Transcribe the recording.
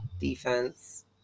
Defense